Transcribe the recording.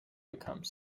become